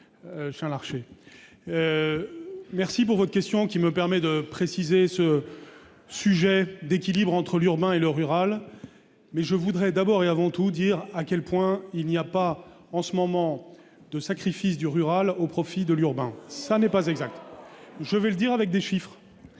merci pour votre question qui me permet de préciser ce sujet d'équilibre entre l'urbain et le rural, mais je voudrais d'abord et avant tout dire à quel point il n'y a pas en ce moment de sacrifice du rural au profit de l'urbain, ça n'est pas exact, je vais le dire avec des chiffres,